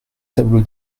tableau